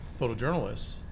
photojournalists